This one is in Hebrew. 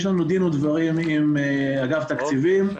יש לנו דין ודברים עם אגף תקציבים.